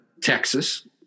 Texas